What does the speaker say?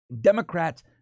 Democrats